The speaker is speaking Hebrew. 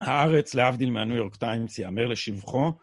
הארץ להבדיל מהניו יורק טיימס יאמר לשבחו.